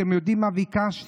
אתם יודעים מה ביקשתי?